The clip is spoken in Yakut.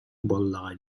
буоллаҕа